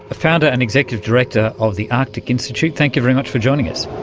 ah founder and executive director of the arctic institute, thank you very much for joining us.